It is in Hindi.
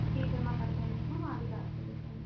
आधी जमा कर देंगे हम आधी बाद में लेते आएँगे